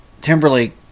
Timberlake